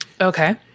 Okay